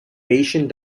patient